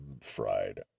fried